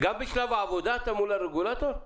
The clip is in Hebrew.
גם בשלב העבודה אתה מול הרגולטור?